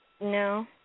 No